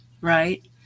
right